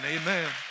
amen